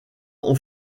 ont